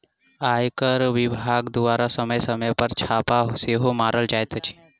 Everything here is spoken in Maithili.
आयकर विभाग द्वारा समय समय पर छापा सेहो मारल जाइत अछि